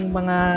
mga